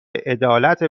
عدالت